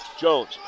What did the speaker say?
Jones